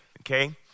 okay